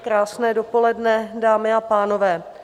Krásné dopoledne, dámy a pánové.